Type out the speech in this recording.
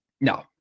no